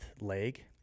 leg